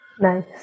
Nice